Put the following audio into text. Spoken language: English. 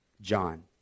John